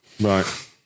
Right